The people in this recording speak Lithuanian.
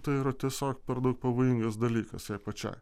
tai yra tiesiog per daug pavojingas dalykas jai pačiai